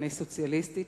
ואני סוציאליסטית.